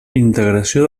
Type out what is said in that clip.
integració